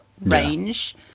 range